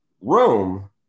Rome